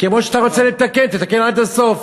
כמו שאתה רוצה לתקן, תתקן עד הסוף.